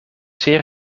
zeer